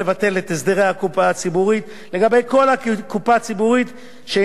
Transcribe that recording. לגבי כל קופה ציבורית שאינה ישירות מאוצר המדינה.